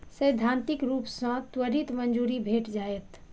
सैद्धांतिक रूप सं त्वरित मंजूरी भेट जायत